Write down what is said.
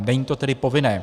Není to tedy povinné.